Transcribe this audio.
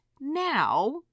now